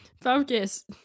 Focus